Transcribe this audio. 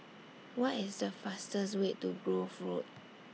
What IS The fastest Way to Grove Road